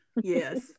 yes